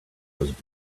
was